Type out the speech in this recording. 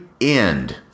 end